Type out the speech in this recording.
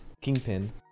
kingpin